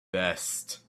best